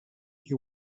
you